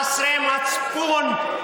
חסרי מצפון,